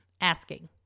Asking